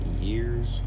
years